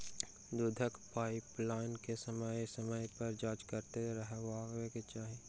दूधक पाइपलाइन के समय समय पर जाँच करैत रहबाक चाही